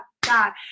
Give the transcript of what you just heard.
God